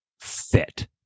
fit